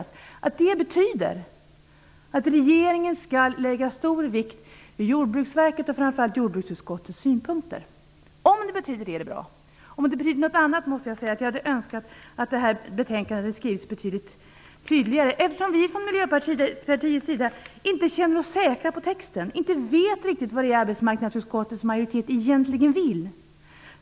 Jag hoppas verkligen att det betyder att regeringen skall lägga stor vikt vid Jordbruksverkets och framför allt jordbruksutskottets synpunkter. Om det är vad det betyder, är det bra. Jag hade önskat att betänkandet hade skrivits på ett mycket tydligare sätt. Vi i Miljöpartiet känner oss inte säkra på texten. Vi vet inte riktigt vad arbetsmarknadsutskottets majoritet egentligen vill.